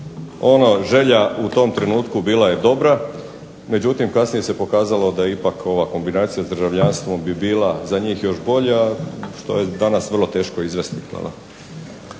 ono želja u tom trenutku bila je dobra, međutim kasnije se pokazalo da ipak ova kombinacija s državljanstvom bi bila još bolja što je danas vrlo teško izvesti.